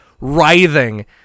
writhing